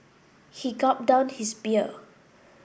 he gulped down his beer